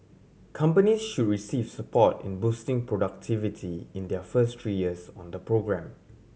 companies should receive support in boosting productivity in their first three years on the programme